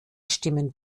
stimmen